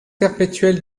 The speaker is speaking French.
perpétuelle